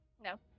no